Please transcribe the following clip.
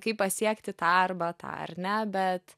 kaip pasiekti tą arba tą ar ne bet